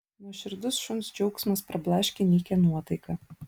nuoširdus šuns džiaugsmas prablaškė nykią nuotaiką